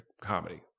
comedy